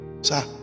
sir